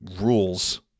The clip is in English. rules